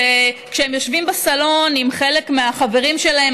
כשהם יושבים בסלון עם חלק מהחברים שלהם,